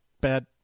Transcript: bad